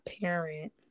parent